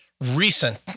recent